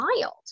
child